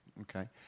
Okay